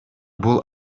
бул